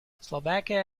slovakia